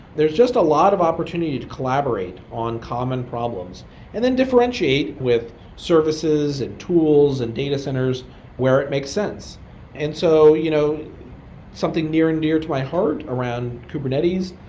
there's just a lot of opportunity to collaborate on common problems and then differentiate with services and tools and data centers where it makes sense so you know something near and dear to my heart around kubernetes,